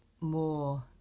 more